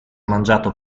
mangiato